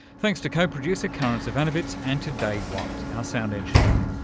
thanks to co-producer karin zsivanovits and to dave white, our sound engineer.